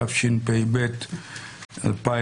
התשפ"ב-2021.